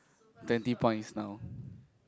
twenty points now